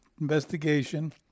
investigation